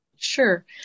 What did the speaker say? Sure